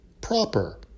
Proper